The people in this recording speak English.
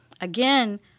again